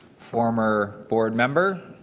former board member.